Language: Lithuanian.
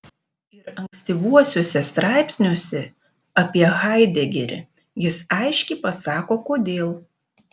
ir ankstyvuosiuose straipsniuose apie haidegerį jis aiškiai pasako kodėl